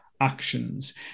actions